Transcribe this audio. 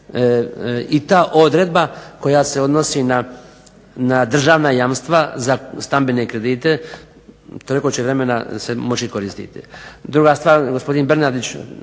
i ta odredba koja se odnosi na državna jamstva za stambene kredite za toliko će se vremena moći koristi. Druga stvar, gospodin Bernardić,